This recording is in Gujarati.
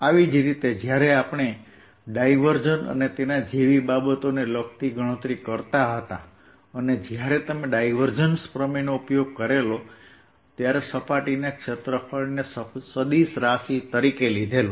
આવી જ રીતે જ્યારે આપણે ડાયવર્ઝન અને તેના જેવી બાબતો ને લગતી ગણતરી કરતા હતા અને જ્યારે તમે ડાયવર્જન્સ પ્રમેયનો ઉપયોગ કરેલો ત્યારે સપાટીના ક્ષેત્રફળને સદિશ રાશિ તરીકે લીધેલ